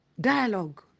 dialogue